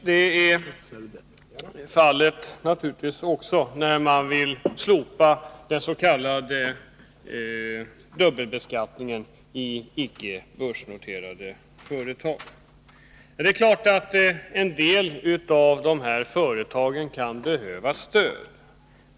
Det är naturligtvis också fallet när man vill slopa den s.k. dubbelbeskattningen i icke börsnoterade företag. Det är klart att en del av dessa företag kan behöva stöd.